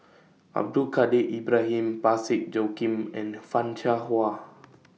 Abdul Kadir Ibrahim Parsick Joaquim and fan Shao Hua